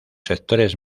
sectores